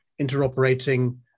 interoperating